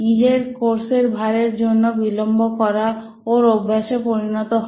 নিজের কোর্সের ভারের জন্য বিলম্ব করা ওর অভ্যাসে পরিণত হয়